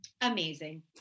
amazing